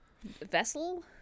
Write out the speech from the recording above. Vessel